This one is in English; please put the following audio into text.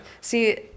see